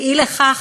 ואי לכך,